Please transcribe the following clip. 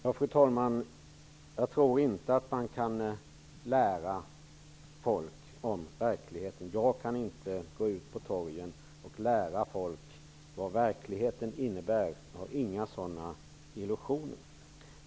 Fru talman! Jag tror inte att man kan lära folk någonting om verkligheten. Jag kan inte gå ut på torgen och lära folk vad verkligheten innebär. Jag har inga sådana illusioner.